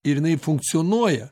ir jinai funkcionuoja